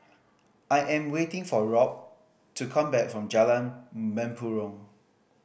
I am waiting for Rob to come back from Jalan Mempurong